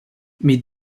mes